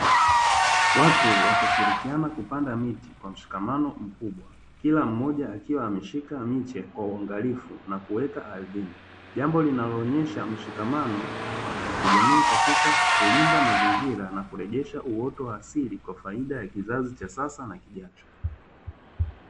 Watu wakishirikiana kupanda miti kwa mshikamano mkubwa. Kila mmoja akiwa ameshika miche kwa uangalifu na kuweka ardhini, jambo linaloonyesha mshikamano wa kijamii katika kulinda mazingira na kurejesha uoto wa asili kwa faida ya kizazi cha sasa na kijacho.